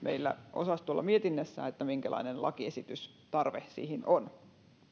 osastolla mietinnässä tämä minkälainen lakiesitystarve siihen on